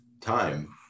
time